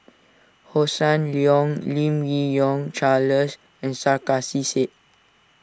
Hossan Leong Lim Yi Yong Charles and Sarkasi Said